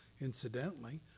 Incidentally